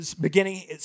Beginning